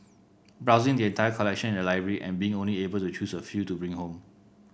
browsing the entire collection in the library and being only able to choose a few to bring home